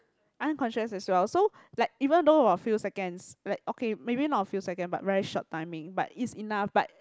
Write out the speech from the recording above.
unconscious as well so like even though a few seconds like okay maybe not a few second but very short timing but is enough but